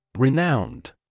Renowned